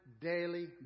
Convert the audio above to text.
daily